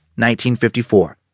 1954